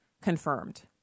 confirmed